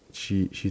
she she